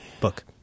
book